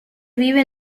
vive